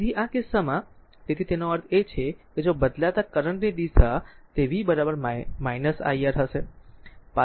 તેથી આ કિસ્સામાં તેથી તેનો અર્થ એ છે કે જો બદલાતા કરંટ ની દિશા તે v iR હશે